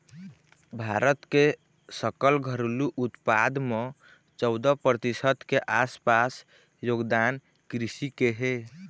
भारत के सकल घरेलू उत्पाद म चउदा परतिसत के आसपास योगदान कृषि के हे